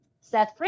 Seth